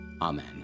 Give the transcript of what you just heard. Amen